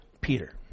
Peter